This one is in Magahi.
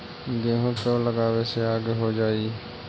गेहूं कब लगावे से आगे हो जाई?